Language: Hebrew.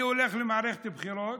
אני הולך למערכת בחירות,